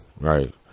right